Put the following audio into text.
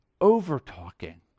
over-talking